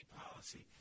policy